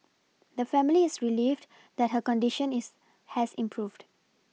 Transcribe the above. the family is relieved that her condition is has improved